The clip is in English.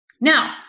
Now